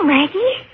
Maggie